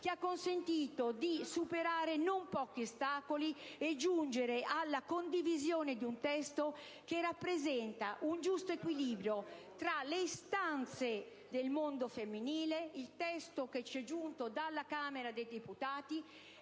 che ha consentito di superare non pochi ostacoli e giungere alla condivisione di un testo che rappresenta un giusto equilibrio tra le istanze del mondo femminile, il testo che ci è giunto dalla Camera dei deputati